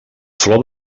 flor